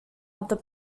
other